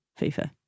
FIFA